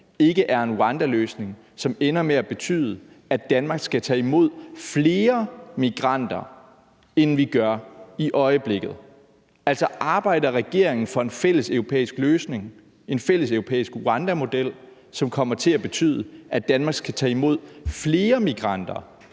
ikke er en rwandaløsning, som ender med at betyde, at Danmark skal tage imod flere migranter, end vi gør i øjeblikket. Arbejder regeringen for en fælleseuropæisk løsning, en fælleseuropæisk rwandamodel, som kommer til at betyde, at Danmark skal tage imod flere migranter,